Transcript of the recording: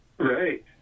Right